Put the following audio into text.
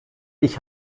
ich